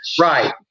Right